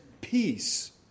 peace